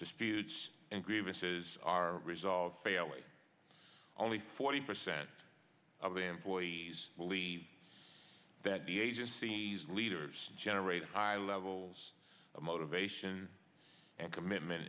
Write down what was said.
disputes and grievances are resolved fairly only forty percent of the employees believe that the agency's leaders generate high levels of motivation and commitment